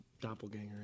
doppelganger